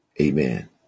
Amen